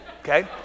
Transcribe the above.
okay